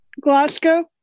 Glasgow